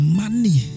money